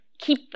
keep